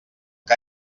que